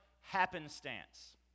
happenstance